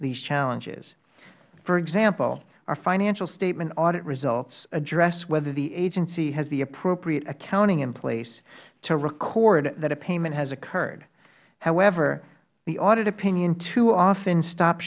these challenges for example a financial statement audit result addressed whether the agency had the appropriate accounting in place to record that a payment has occurred however the audit opinion too often stop